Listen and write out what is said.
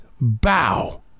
bow